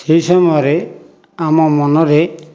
ସେହି ସମୟରେ ଆମ ମନରେ